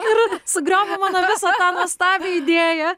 ir sugriovė mano visą tą nuostabią idėją